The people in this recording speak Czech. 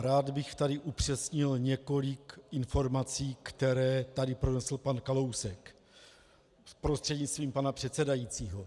Rád bych tady upřesnil několik informací, které tady pronesl pan Kalousek prostřednictvím pana předsedajícího.